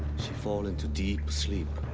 she fall into deep sleep,